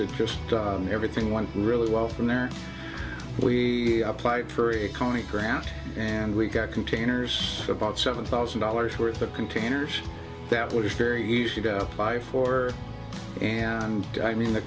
it just everything one really well from there we applied for a county grant and we got containers about seven thousand dollars worth of containers that was very easy to buy for and i mean the